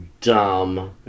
dumb